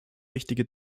wichtige